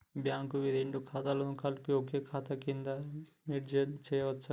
Bank వి రెండు ఖాతాలను కలిపి ఒక ఖాతా కింద మెర్జ్ చేయచ్చా?